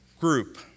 group